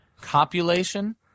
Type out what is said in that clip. Copulation